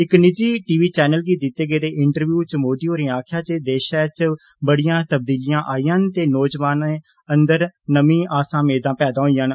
इक निजी TV channel गी दित्ते गेदे इंटरव्यु च मोदी होरें आखेआ जे देसै च बड़ियां तब्दीलियां आईयां न ते नौजवानें अंदर नमीं आसां मेदां पैदा होईयां न